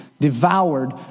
devoured